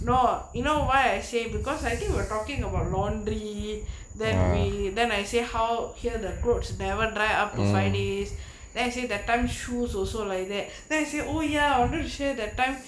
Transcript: no you know why I say because I think we're talking about laundry then we then I say how here the cloth never dry up to five days then she say that time shoes also like that then she say oh ya wanted to share that time